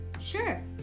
Sure